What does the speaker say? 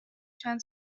چند